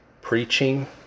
preaching